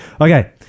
Okay